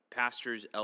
pastors